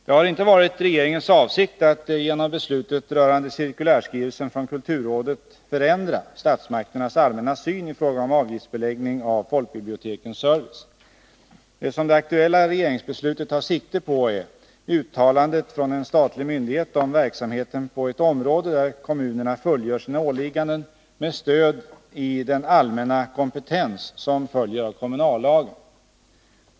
Det har inte varit regeringens avsikt att genom beslutet rörande cirkulärskrivelsen från kulturrådet förändra statsmakternas allmänna syn i fråga om avgiftsbeläggning av folkbibliotekens service. Det som det aktuella regeringsbeslutet tar sikte på är uttalandet från en statlig myndighet om verksamheten på ett område där kommunerna fullgör sina åligganden med stöd i den allmänna kompetens som följer av kommunallagen.